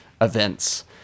events